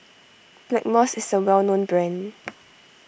Blackmores is a well known brand